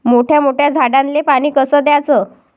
मोठ्या मोठ्या झाडांले पानी कस द्याचं?